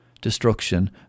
Destruction